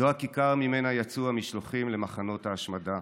זו הכיכר ממנה יצאו המשלוחים למחנות ההשמדה.